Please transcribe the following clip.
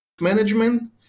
Management